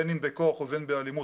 בין אם בכוח ובין באלימות,